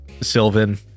Sylvan